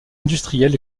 industriel